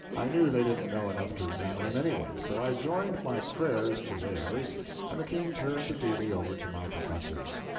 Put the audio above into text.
i knew they didn't know enough to examine him anyway, so i joined my prayers to theirs and the king turned the duty over to my professors.